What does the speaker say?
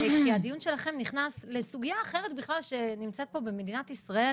כי הדיון שלכם נכנס לסוגייה אחרת בכלל שנמצאת פה במדינת ישראל